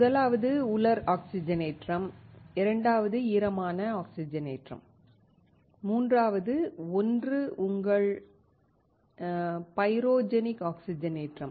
முதலாவது உலர் ஆக்சிஜனேற்றம் இரண்டாவது ஈரமான ஆக்சிஜனேற்றம் மூன்றாவது ஒன்று உங்கள் பைரோஜெனிக் ஆக்சிஜனேற்றம்